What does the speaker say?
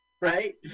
right